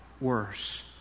worse